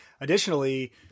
additionally